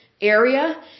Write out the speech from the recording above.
area